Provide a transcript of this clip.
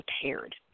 prepared